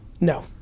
No